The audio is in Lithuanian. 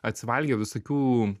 atsivalgė visokių